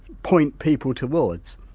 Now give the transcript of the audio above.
point people towards?